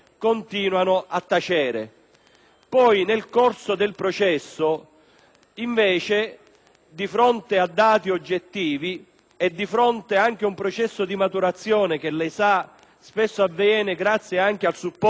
fase, nel corso del processo, di fronte a dati oggettivi ed anche a seguito di un processo di maturazione che spesso avviene grazie anche al supporto delle associazioni antiracket,